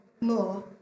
more